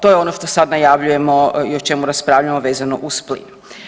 To je ono što sad najavljujemo i o čemu raspravljamo vezano uz plin.